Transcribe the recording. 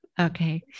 Okay